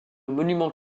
monument